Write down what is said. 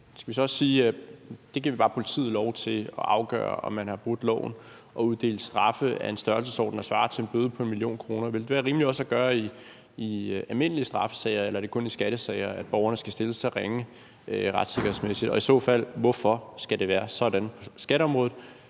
Skal vi så også sige, at vi bare giver politiet lov til at afgøre, om man har brudt loven, og uddele straffe af en størrelsesorden, der svarer til 1 mio. kr.? Vil det være rimeligt også at gøre i almindelige straffesager, eller er det kun i skattesager, at borgerne skal stilles så ringe retssikkerhedsmæssigt? Og i så fald, hvorfor skal det være sådan på skatteområdet,